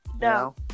No